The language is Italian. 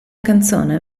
canzone